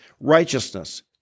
righteousness